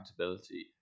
accountability